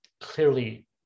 clearly